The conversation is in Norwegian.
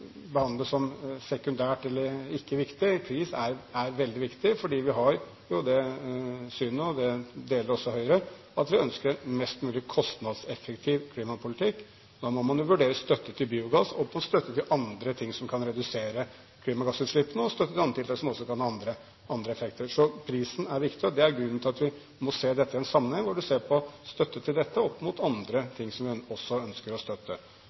som sekundært, eller ikke viktig. Pris er veldig viktig, for vi har jo det synet – det deler også Høyre – at vi ønsker en mest mulig kostnadseffektiv klimapolitikk. Da må man vurdere støtte til biogass og støtte til andre ting som kan redusere klimagassutslippene, og støtte til andre tiltak som også kan ha andre effekter. Så prisen er viktig. Det er grunnen til at en må se dette i en sammenheng – en må se på støtte til dette opp mot andre ting en også ønsker å støtte.